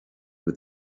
with